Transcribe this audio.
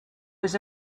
was